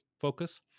focus